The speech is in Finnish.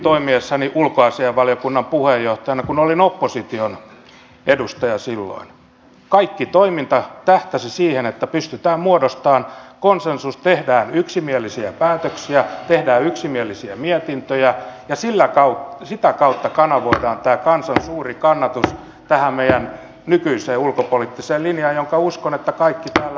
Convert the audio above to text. toimiessani ulkoasiainvaliokunnan puheenjohtajana kun olin opposition edustaja silloin kaikki toiminta tähtäsi siihen että pystytään muodostamaan konsensus tehdään yksimielisiä päätöksiä tehdään yksimielisiä mietintöjä ja sitä kautta kanavoidaan tämä kansan suuri kannatus tähän meidän nykyiseen ulkopoliittiseen linjaan jonka uskon kaikkien täällä jakavan